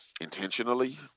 intentionally